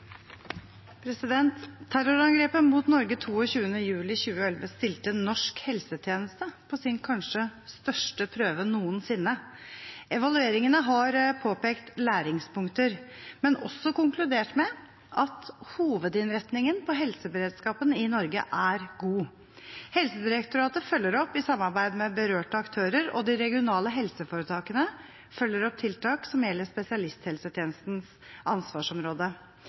Terrorangrepet mot Norge 22. juli 2011 stilte norsk helsetjeneste på sin kanskje største prøve noensinne. Evalueringene har påpekt læringspunkter, men også konkludert med at hovedinnretningen på helseberedskapen i Norge er god. Helsedirektoratet følger opp i samarbeid med berørte aktører, og de regionale helseforetakene følger opp tiltak som gjelder spesialisthelsetjenestens ansvarsområde.